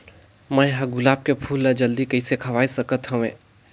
मैं ह गुलाब के फूल ला जल्दी कइसे खवाय सकथ हवे?